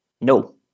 No